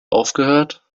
aufgehört